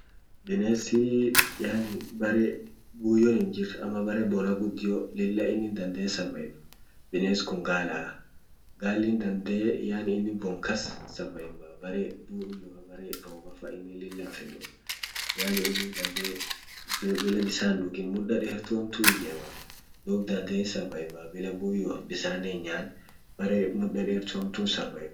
Binesii yani bere buyon hinjir ama bere bona gudio lilla inin dandee survive bines kun gala, galin dandee yani inin bon kas savaivaa bere dub robafa inin lilla hinfedu yani ini dandee bila bisan hindugin mda retu hamtu dandee hi ijemaa dub dandee hin savaivaa bila buyoaf bisanen hinyan beremda dertu hamtu hin savaivaa.